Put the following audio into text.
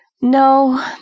No